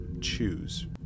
choose